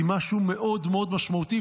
היא משהו מאוד מאוד משמעותי,